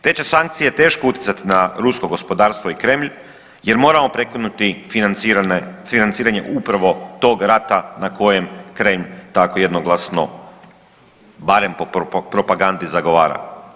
Te će sankcije teško utjecati na rusko gospodarstvo i Kremlj jer moramo prekinuti financiranje upravo tog rata na kojem Kremlj tako jednostavno barem po propagandi zagovara.